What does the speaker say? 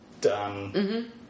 done